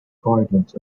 gardens